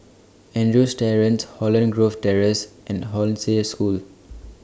Andrews Terrace Holland Grove Terrace and Hollandse School